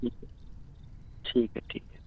ٹھیک ٹھیک ہے ٹھیک ہے